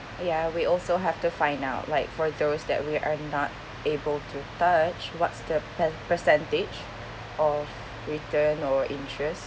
ya we also have to find out like for those that we are not able to touch what's the per~ percentage of return or interest